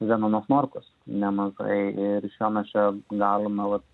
zenonas norkus nemažai ir iš jo mes čia galime vat